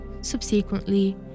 Subsequently